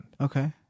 Okay